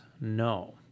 no